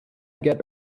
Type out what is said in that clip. get